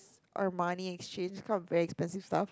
Armani Exchange this kind of very expensive stuff